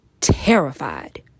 terrified